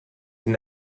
den